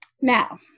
Now